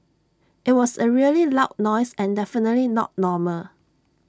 IT was A really loud noise and definitely not normal